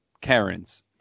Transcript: Karen's